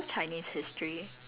okay